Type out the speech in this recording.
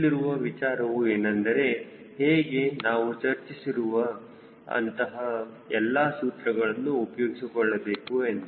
ಇಲ್ಲಿರುವ ವಿಚಾರವು ಏನೆಂದರೆ ಹೇಗೆ ನಾವು ಚರ್ಚಿಸಿರುವ ಅಂತಹ ಎಲ್ಲಾ ಸೂತ್ರಗಳನ್ನು ಉಪಯೋಗಿಸಿಕೊಳ್ಳಬೇಕು ಎಂದು